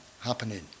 happening